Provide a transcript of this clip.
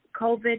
COVID